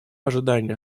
ожидание